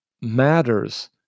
matters